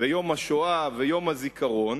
יום השואה ויום הזיכרון,